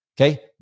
okay